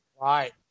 Right